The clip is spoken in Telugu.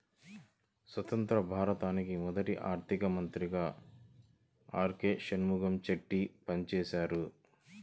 స్వతంత్య్ర భారతానికి మొదటి ఆర్థిక మంత్రిగా ఆర్.కె షణ్ముగం చెట్టి పనిచేసారు